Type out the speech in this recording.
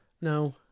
No